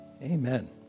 Amen